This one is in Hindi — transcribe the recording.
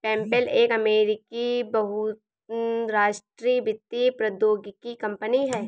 पेपैल एक अमेरिकी बहुराष्ट्रीय वित्तीय प्रौद्योगिकी कंपनी है